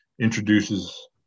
introduces